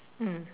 mm